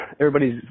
everybody's